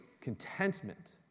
Contentment